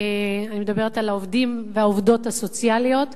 אני מדברת על העובדים והעובדות הסוציאליות,